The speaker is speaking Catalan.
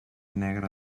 negre